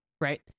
Right